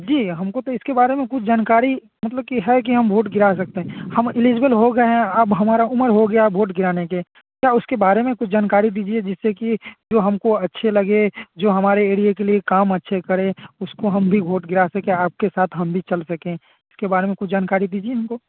जी हमको तो इसके बारे में कुछ जानकारी मतलब कि है कि हम वोट गिरा सकते हैं हम इलिजिबल हो गए हैं अब हमारी उमर हो गई भोट गिराने की क्या उसके बारे में कुछ जानकारी दीजिए जिससे कि जो हमको अच्छे लगे जो हमारे एरिये के लिए काम अच्छे करे उसको हम भी वोट गिरा सकें आपके साथ हम भी चल सकें इसके बारे में कुछ जानकारी दीजिए हमको